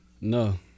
No